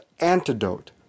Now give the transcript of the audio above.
antidote